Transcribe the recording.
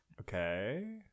okay